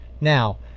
Now